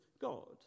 god